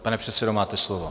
Pane předsedo, máte slovo.